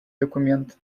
документ